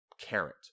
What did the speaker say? Carrot